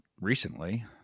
recently